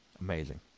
Amazing